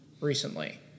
recently